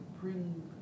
bring